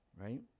right